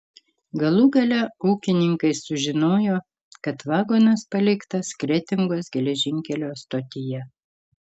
galų gale ūkininkai sužinojo kad vagonas paliktas kretingos geležinkelio stotyje